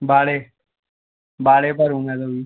बाड़े बाड़े पर हूँ मैं तो अभी